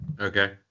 Okay